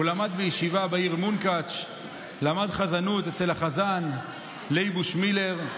למד בישיבה בעיר מונקאטש ולמד חזנות אצל החזן לייבוש מילר.